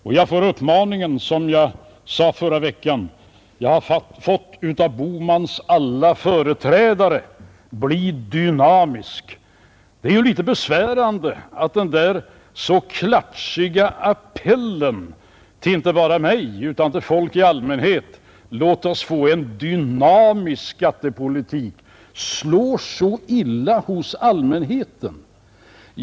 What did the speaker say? Jag får samma uppmaning vilken, som jag sade i förra veckan, jag har fått av herr Bohmans alla företrädare, nämligen följande: Bli dynamisk! Det är bara en smula besvärande att denna så klatschiga appell inte bara till mig utan till folk i allmänhet om en dynamisk skattepolitik slår så illa hos allmänheten.